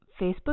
Facebook